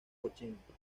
ochenta